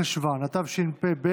י"ד במרחשוון התשפ"ב,